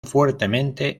fuertemente